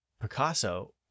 Picasso